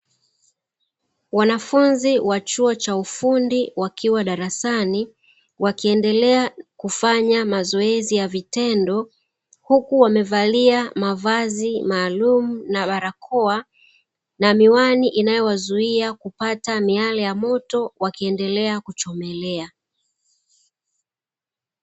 Wanafunzi wachuo cha ufundi wakiwa darasani wakiendelea kufanya mazoezi ya vitendo, huku wamevalia mavazi maalumu na barakoa na miwani inayowazuia kupata miale ya moto wakiendelea kuchomelea.